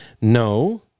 No